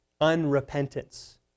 unrepentance